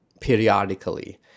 periodically